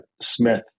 Smith